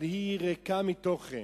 אבל היא ריקה מתוכן,